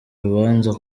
urubanza